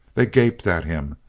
they gaped at him.